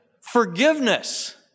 forgiveness